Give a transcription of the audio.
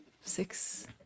six